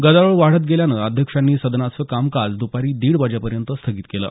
गदारोळ वाढत गेल्यानं अध्यक्षांनी सदनाचं कामकाज दुपारी दीड वाजेपर्यंत स्थगित केल